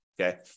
Okay